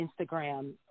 Instagram